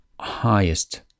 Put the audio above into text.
highest